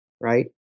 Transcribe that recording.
Right